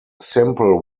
simple